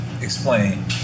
explain